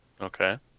Okay